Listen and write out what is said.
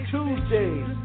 Tuesdays